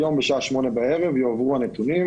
היום בשעה 20:00 בערב יועברו הנתונים.